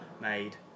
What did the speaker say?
made